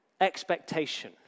expectation